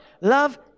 Love